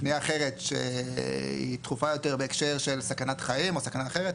פנייה אחרת שהיא דחופה יותר בהקשר של סכנת חיים או סכנה אחרת,